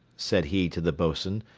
said he to the boatswain,